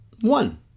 one